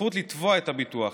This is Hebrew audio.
הזכות לתבוע את הביטוח,